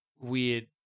weird